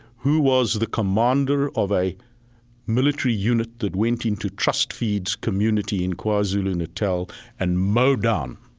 who was the commander of a military unit that went into trust feed's community in kwazulu-natal and mowed down